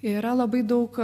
yra labai daug